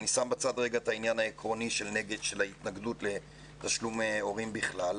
אני שם בצד את העניין העקרוני של ההתנגדות לתשלומי הורים בכלל,